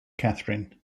catherine